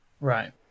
Right